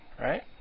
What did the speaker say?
right